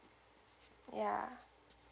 ya